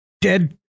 dead